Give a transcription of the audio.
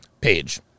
page